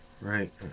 right